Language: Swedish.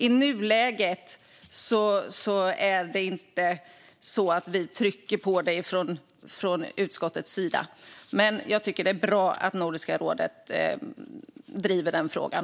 I nuläget är det inte så att vi trycker på från utskottets sida, men det är bra att Nordiska rådet driver frågan.